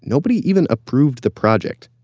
nobody even approved the project.